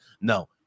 No